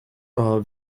are